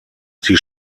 sie